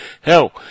Hell